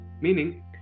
meaning